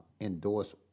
endorse